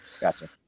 Gotcha